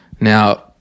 Now